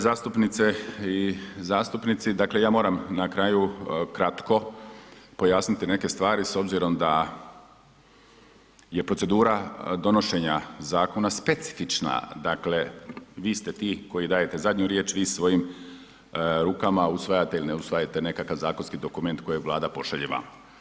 Zastupnice i zastupnici, dakle ja moram na kraju kratko pojasniti neke stvari s obzirom da je procedura donošenja zakona specifična, dakle vi ste ti koji dajete zadnju riječ, vi svojim rukama usvajate ili ne usvajate nekakav zakonski dokument koji Vlada pošalje vama.